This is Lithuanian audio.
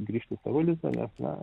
grįžt į savo lizdą nes na